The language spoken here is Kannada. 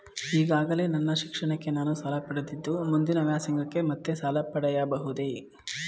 ಈಗಾಗಲೇ ನನ್ನ ಶಿಕ್ಷಣಕ್ಕೆ ನಾನು ಸಾಲ ಪಡೆದಿದ್ದು ಮುಂದಿನ ವ್ಯಾಸಂಗಕ್ಕೆ ಮತ್ತೆ ಸಾಲ ಪಡೆಯಬಹುದೇ?